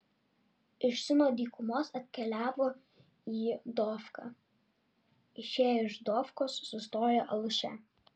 iš sino dykumos atkeliavo į dofką išėję iš dofkos sustojo aluše